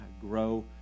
grow